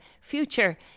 future